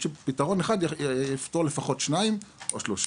שפתרון אחד יפתור לפחות שניים או שלושה.